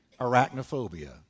arachnophobia